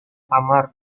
kamar